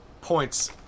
points